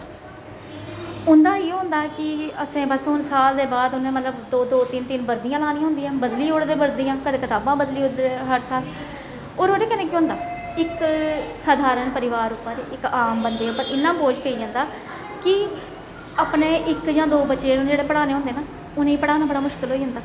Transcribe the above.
उं'दा इयो होंदा कि आसे बस हून साल दे बाद मतलब दौ दौ तिन्न तिन्न बर्दिया लानियां होदियां बदली ओङ़दे बर्दियां कदें कतावां बदली ओङ़दे हर साल होर ओह्दे कन्नै केह् होंदा इक साधारण परोआर उप्पर आम बंदे उप्पर इन्ना बोझ पेई जंदा कि अपने इक जां दो बच्चे जेह्ड़े उ'नें पढ़ाने होंदे न उ'नें गी पढ़ाना बड़ा मुशकल होई जंदा